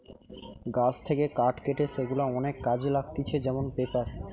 গাছ থেকে কাঠ কেটে সেগুলা অনেক কাজে লাগতিছে যেমন পেপার